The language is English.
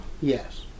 Yes